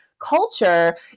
culture